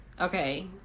Okay